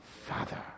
Father